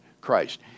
Christ